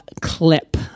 clip